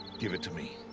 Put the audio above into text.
give it to me.